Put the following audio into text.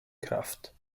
kraft